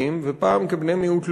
כעיוורים ופעם כבני מיעוט לאומי,